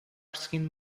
perseguindo